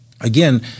Again